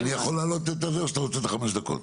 אוקי אני יכול להעלות או שאתה רוצה את החמש דקות?